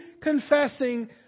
confessing